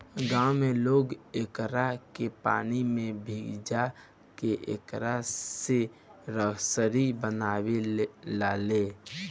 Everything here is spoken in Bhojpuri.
गांव में लोग एकरा के पानी में भिजा के एकरा से रसरी बनावे लालो